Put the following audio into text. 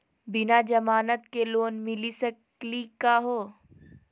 बिना जमानत के लोन मिली सकली का हो?